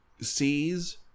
sees